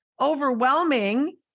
overwhelming